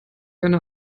eine